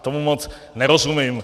Tomu moc nerozumím.